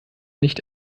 nicht